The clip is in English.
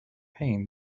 pain